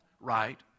right